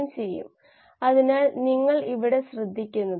അത് എന്താണെന്ന് ഞാൻ വളരെ ചുരുക്കമായി പറയാം